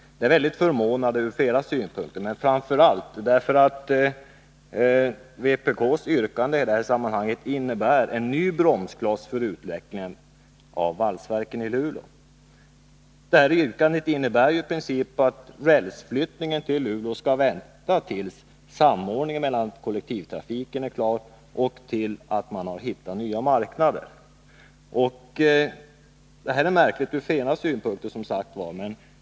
Det är förvånande ur flera synpunkter, framför allt därför att yrkandet innebär en ny bromskloss för utvecklingen av valsverket i Luleå. Yrkandet innebär i princip att flyttningen av rälstillverkningen till Luleå skall vänta tills samordningen med kollektivtrafiken är klar och man hittat nya marknader.